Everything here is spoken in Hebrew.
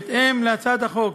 בהתאם להצעת החוק,